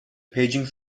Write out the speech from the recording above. paging